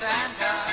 Santa